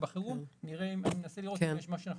ובחירום ננסה לראות אם יש משהו שאנחנו